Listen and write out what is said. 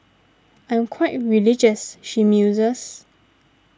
I'm quite religious she muses